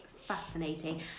fascinating